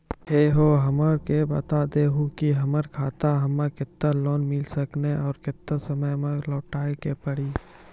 है हो हमरा के बता दहु की हमार खाता हम्मे केतना लोन मिल सकने और केतना समय मैं लौटाए के पड़ी?